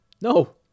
No